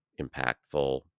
impactful